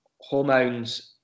hormones